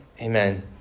Amen